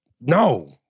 No